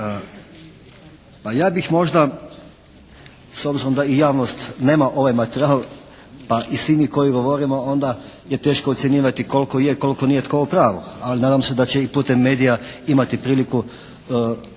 Pa ja bih možda, s obzirom da i javnost nema ove materijal pa i svi mi koji govorimo onda je teško ocjenjivati koliko je koliko nije tko u pravu. Ali nadam se da će i putem medija imati priliku